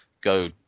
go